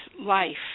life